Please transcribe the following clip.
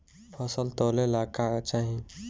फसल तौले ला का चाही?